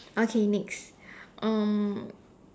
okay next um